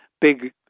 big